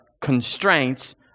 constraints